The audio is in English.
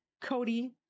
Cody